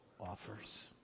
offers